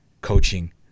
coaching